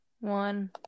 one